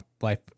life